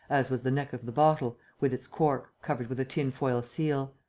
as was the neck of the bottle, with its cork, covered with a tin-foil seal.